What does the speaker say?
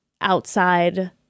outside